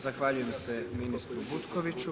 Zahvaljujem se ministru Butkoviću.